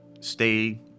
stay